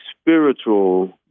spiritual